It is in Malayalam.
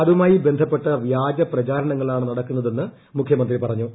അതുമായി ബന്ധപ്പെട്ട് വ്യാജ പ്രചാരണങ്ങളാണ് നടക്കുന്നതെന്ന് മുഖ്യമന്ത്രി പറഞ്ഞു